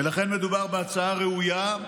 ולכן מדובר בהצעה ראויה,